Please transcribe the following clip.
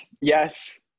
Yes